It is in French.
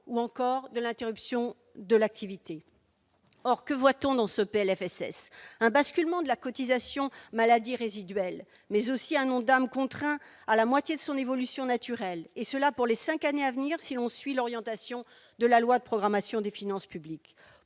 ou encore de l'interruption de l'activité, or, que voit-on dans ce PLFSS un basculement de la cotisation maladie résiduelle mais aussi un Ondam contraint à la moitié de son évolution naturel et cela pour les 5 années à venir, si l'on suit l'orientation de la loi de programmation des finances publiques